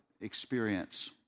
experience